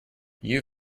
you